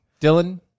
Dylan